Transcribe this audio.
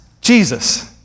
Jesus